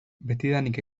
betidanik